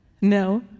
No